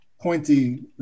pointy